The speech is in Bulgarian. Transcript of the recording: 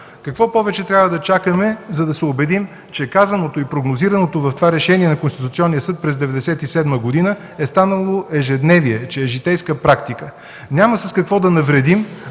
Какво повече трябва да чакаме, за да се убедим, че казаното и прогнозираното в това решение на Конституционния съд през 1997 г. е станало ежедневие, че е житейска практика?! Няма с какво да навредим,